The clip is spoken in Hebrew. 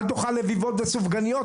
אל תאכל לביבות וסופגניות,